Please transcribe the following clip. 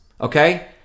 okay